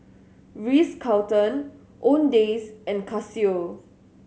Ritz Carlton Owndays and Casio